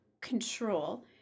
control